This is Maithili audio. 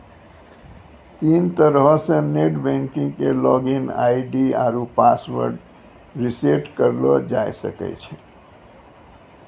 तीन तरहो से नेट बैंकिग के लागिन आई.डी आरु पासवर्ड रिसेट करलो जाय सकै छै